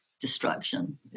destruction